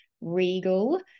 regal